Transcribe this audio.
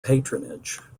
patronage